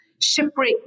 shipwreck